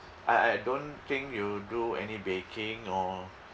I I don't think you do any baking or